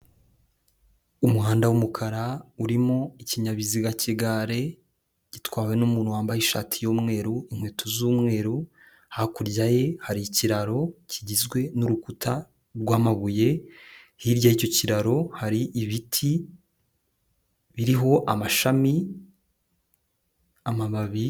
Umuhanda w'umukara urimo ikinyabiziga cy'igare gitwawe n'umuntu wambaye ishati y'umweru, inkweto z'umweru, hakurya ye hari ikiraro kigizwe n'urukuta rw'amabuye, hirya y'icyo kiraro hari ibiti biriho amashami, amababi,,,